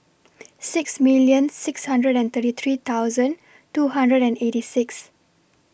six million six hundred and thirty three thousand two hundred and eighty six